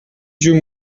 vieux